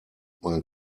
man